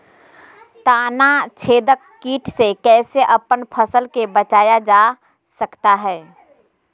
तनाछेदक किट से कैसे अपन फसल के बचाया जा सकता हैं?